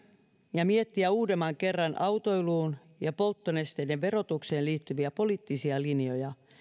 ja miettiä uudemman kerran autoiluun ja polttonesteiden verotukseen liittyviä poliittisia linjoja